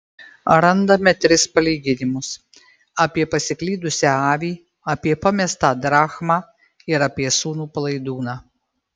randame tris palyginimus apie pasiklydusią avį apie pamestą drachmą ir apie sūnų palaidūną